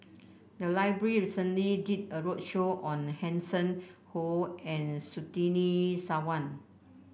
the library recently did a roadshow on Hanson Ho and Surtini Sarwan